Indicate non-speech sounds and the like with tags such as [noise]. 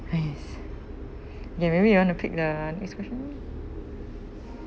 !hais! [breath] ya maybe you want to pick the next question